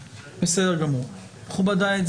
מכובדיי,